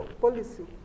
policy